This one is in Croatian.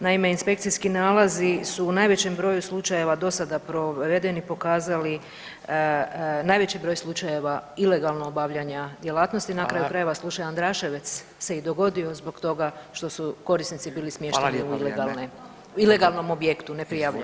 Naime, inspekcijski nalazi su u najvećem broju slučajeva do sada provedeni pokazali najveći broj slučajeva ilegalnog obavljanja djelatnosti [[Upadica Radin: Hvala.]] Na kraju krajeva slučaj Andraševec se i dogodio zbog toga što su korisnici bili smješteni u ilegalnom objektu, neprijavljenom.